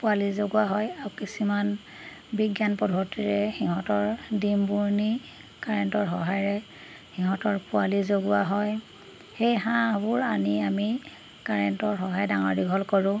পোৱালি জগোৱা হয় আৰু কিছুমান বিজ্ঞান পদ্ধতিৰে সিহঁতৰ ডিমবোৰ নি কাৰেণ্টৰ সহায়েৰে সিহঁতৰ পোৱালি জগোৱা হয় সেই হাঁহবোৰ আনি আমি কাৰেণ্টৰ সহায়ত ডাঙৰ দীঘল কৰোঁ